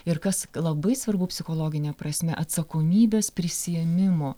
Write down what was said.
ir kas labai svarbu psichologine prasme atsakomybės prisiėmimo